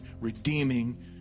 redeeming